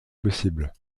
possibles